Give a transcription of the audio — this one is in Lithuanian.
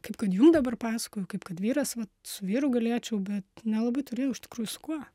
kaip kad jum dabar pasakoju kaip kad vyras vat su vyru galėčiau bet nelabai turėjau iš tikrųjų su kuo